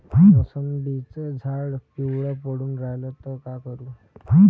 मोसंबीचं झाड पिवळं पडून रायलं त का करू?